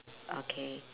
okay